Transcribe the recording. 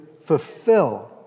fulfill